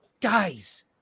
guys